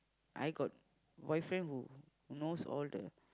I got boyfriend who knows all the